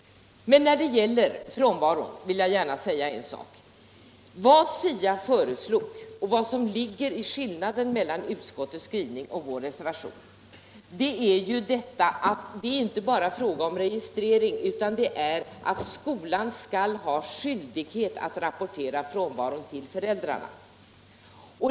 När det gäller frånvaron vill jag gärna säga en sak. Vad SIA föreslog och vad som utgör skillnaden mellan utskottets skrivning och vår reservation är att det inte bara är fråga om registrering, utan skolan skall ha skyldighet att rapportera frånvaro till föräldrarna.